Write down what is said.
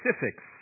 specifics